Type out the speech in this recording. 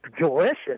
delicious